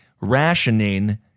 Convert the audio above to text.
rationing